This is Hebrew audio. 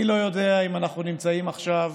אני לא יודע אם אנחנו נמצאים עכשיו